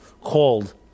called